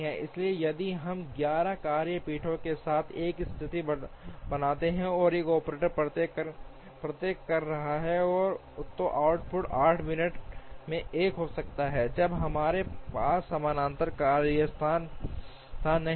इसलिए यदि हम 11 कार्य पीठों के साथ एक स्थिति बनाते हैं और एक ऑपरेटर प्रत्येक कर रहा है तो आउटपुट 8 मिनट में एक हो सकता है जब तक हमारे पास समानांतर कार्यस्थान नहीं हैं